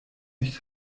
nicht